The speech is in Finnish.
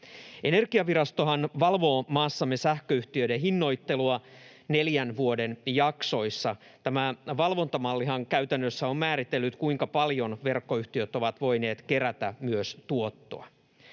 Energiavirastohan valvoo maassamme sähköyhtiöiden hinnoittelua neljän vuoden jaksoissa. Tämä valvontamallihan käytännössä on määritellyt myös, kuinka paljon verkkoyhtiöt ovat voineet kerätä tuottoa.